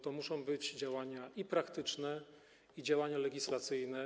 To muszą być działania praktyczne i działania legislacyjne.